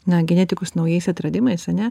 na genetikos naujais atradimais ane